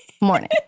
morning